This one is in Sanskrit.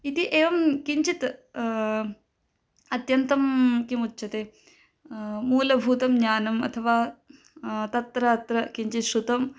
इति एवं किञ्चित् अत्यन्तं किमुच्यते मूलभूतं ज्ञानम् अथवा तत्र अत्र किञ्चित् श्रुतम्